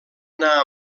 anar